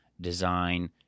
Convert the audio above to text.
design